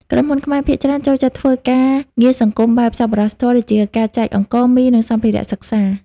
ក្រុមហ៊ុនខ្មែរភាគច្រើនចូលចិត្តធ្វើការងារសង្គមបែប សប្បុរសធម៌ ដូចជាការចែកអង្ករ មី និងសម្ភារៈសិក្សា។